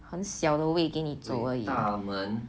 很小的位给你坐而已